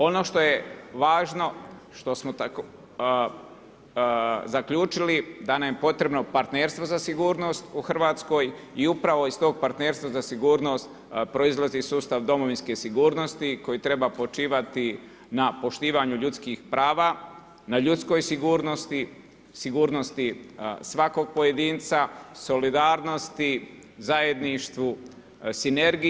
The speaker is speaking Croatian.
Ono što je važno, što smo zaključili da nam je potrebno partnerstvo za sigurnost u Hrvatskoj i upravo iz tog partnerstva za sigurnost proizlazi sustav domovinske sigurnosti koji treba počivati na poštivanju ljudskih prava, na ljudskoj sigurnosti, sigurnosti svakog pojedinca, solidarnosti, zajedništvu, sinergiji.